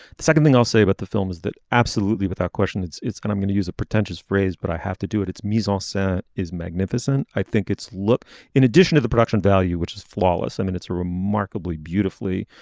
the second thing i'll say about the film is that absolutely without question it's it's kind i'm going to use a pretentious phrase but i have to do it it's measles it is magnificent. i think it's look in addition to the production value which is flawless. i mean it's a remarkably beautifully